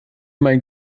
mein